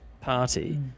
party